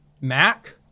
Mac